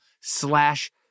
slash